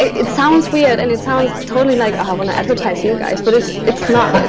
it sounds weird and it sounds totally like i want to advertise you guys but it's it's not